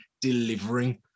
delivering